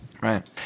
Right